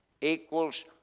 equals